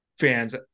fans